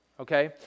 Okay